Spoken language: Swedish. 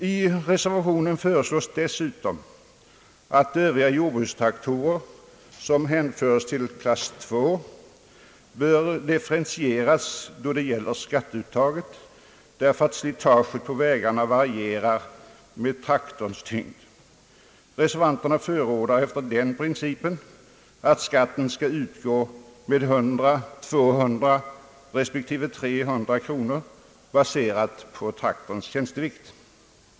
I reservationen föreslås dessutom att övriga jordbrukstraktorer, som hänföres till klass II, bör differentieras beträffande skatteuttaget därför att slitaget på vägarna varierar med traktorns tyngd. Reservanterna förordar efter den principen att skatten skall utgå med 100, 200 respektive 300 kronor, beroende på traktorns tjänstevikt.